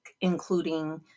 including